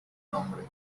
nombre